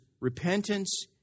repentance